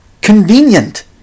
convenient